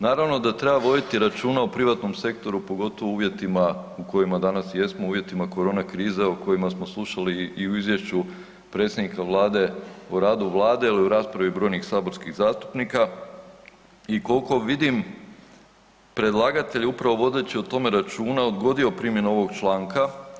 Naravno da treba voditi računa o privatnom sektoru, pogotovo u uvjetima u kojima danas jesmo, u uvjetima korona krize o kojima smo slušali i u izvješću predsjednika vlade o radu vlade i u raspravi brojnih saborskih zastupnika i kolko vidim predlagatelj je upravo vodeći o tome računa odgodio primjenu ovog članka.